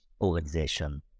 organization